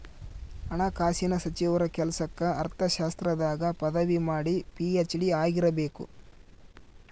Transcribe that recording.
ಹಣಕಾಸಿನ ಸಚಿವರ ಕೆಲ್ಸಕ್ಕ ಅರ್ಥಶಾಸ್ತ್ರದಾಗ ಪದವಿ ಮಾಡಿ ಪಿ.ಹೆಚ್.ಡಿ ಆಗಿರಬೇಕು